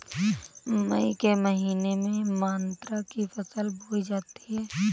मई के महीने में गन्ना की फसल बोई जाती है